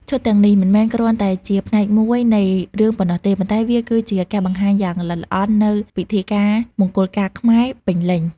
ឈុតទាំងនេះមិនមែនគ្រាន់តែជាផ្នែកមួយនៃរឿងប៉ុណ្ណោះទេ ប៉ុន្តែវាគឺជាការបង្ហាញយ៉ាងល្អិតល្អន់នូវ ពិធីការមង្គលការខ្មែរ ពេញលេញ។